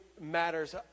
matters